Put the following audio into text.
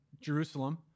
Jerusalem